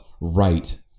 right